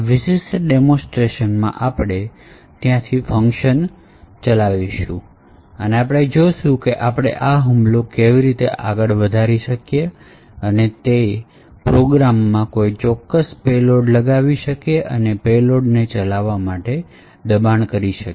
આ વિશિષ્ટ ડેમોસ્ટ્રેશનમાં આપણે ત્યાંથી ફંકશન કરીશું અને આપણે જોશું કે આપણે આ હુમલો કેવી રીતે વધારી શકીએ અને તે પ્રોગ્રામમાં કોઈ ચોક્કસ પેલોડ લગાવી શકીએ અને પેલોડ ને ચલાવવા દબાણ કરીશું